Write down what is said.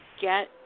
get